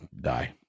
die